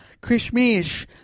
Krishmish